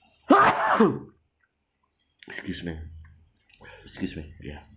excuse me excuse me ya